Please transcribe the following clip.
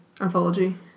anthology